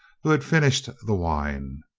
who had finished the wine.